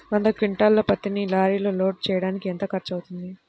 వంద క్వింటాళ్ల పత్తిని లారీలో లోడ్ చేయడానికి ఎంత ఖర్చవుతుంది?